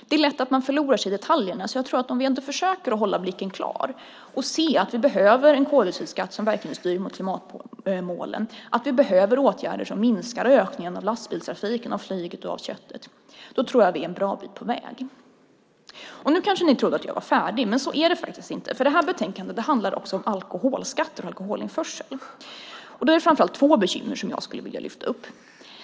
Det är lätt att man förlorar sig i detaljerna, men om vi ändå försöker hålla blicken klar och se att vi behöver en koldioxidskatt som verkligen styr mot klimatmålen, att vi behöver åtgärder som minskar ökningen av lastbilstrafiken, flyget och köttet, då tror jag att vi kommit en bra bit på väg. Nu kanske ni trodde att jag var färdig med mitt anförande, men så är det inte. Detta betänkande handlar nämligen också om alkoholskatter och alkoholinförsel. Det är framför allt två bekymmer som jag skulle vilja lyfta upp.